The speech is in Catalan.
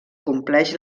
compleix